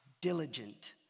Diligent